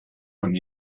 von